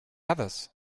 others